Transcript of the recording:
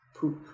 Poop